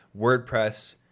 WordPress